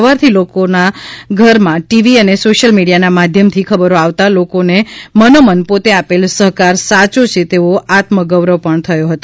સવારથી લોકોના ઘરમાં ટીવી અને સોશિયલ મીડીયાના માધ્યમથી ખબરો આવતા લોકોને મનોમન પોતે આપેલ સહકાર સાચો છે તેવી આત્મ ગૌરવ પણ થતો હતો